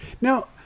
Now